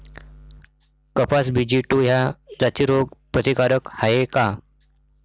कपास BG two ह्या जाती रोग प्रतिकारक हाये का?